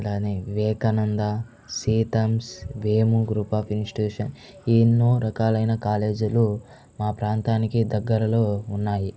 అలానే వివేకానంద సీతమ్స్ Vemu group of institution ఈ ఎన్నో రకాలైన కాలేజీలు మా ప్రాంతానికి దగ్గరలో ఉన్నాయి